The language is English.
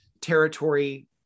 territory